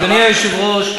אדוני היושב-ראש,